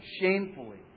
shamefully